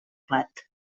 plat